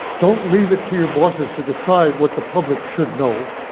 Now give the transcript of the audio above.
don't leave it to your bosses to decide what the public should know.